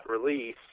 release